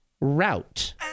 route